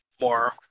more